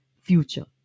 future